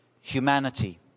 humanity